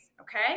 okay